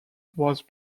was